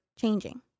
changing